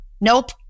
Nope